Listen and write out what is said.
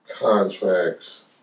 contracts